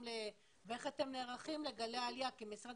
ואיך אתם נערכים לגלי העלייה כי משרד